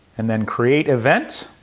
and then create event.